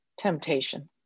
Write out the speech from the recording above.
temptation